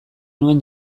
nuen